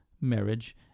Marriage